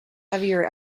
heavier